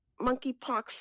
monkeypox